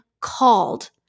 called